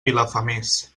vilafamés